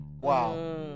Wow